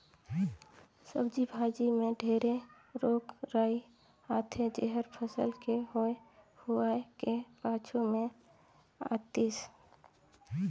सब्जी भाजी मे ढेरे रोग राई आथे जेहर फसल के होए हुवाए के पाछू मे आतिस